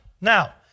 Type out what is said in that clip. Now